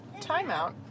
Timeout